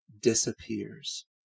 disappears